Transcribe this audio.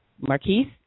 Marquise